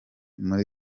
muri